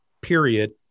period